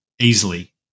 easily